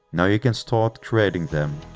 now you can start creating them.